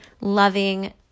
loving